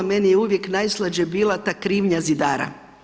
Meni je uvijek najslađe bila ta krivnja zidara.